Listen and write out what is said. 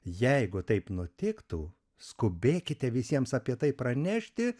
jeigu taip nutiktų skubėkite visiems apie tai pranešti